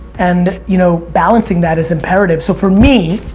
and you know, balancing that is imperative. so for me,